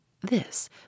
This